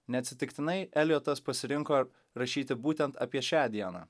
neatsitiktinai eljotas pasirinko rašyti būtent apie šią dieną